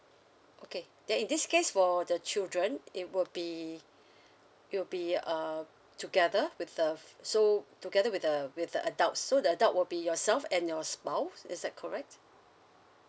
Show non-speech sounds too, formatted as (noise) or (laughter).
okay then in this case for the children it would be (breath) it would be uh together with the so together with uh with the adult so the adult will be yourself and your spouse is that correct